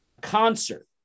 concert